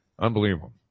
Unbelievable